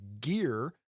gear